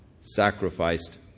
sacrificed